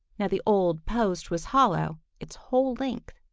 now the old post was hollow its whole length,